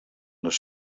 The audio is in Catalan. les